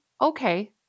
Okay